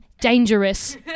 dangerous